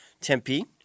Tempe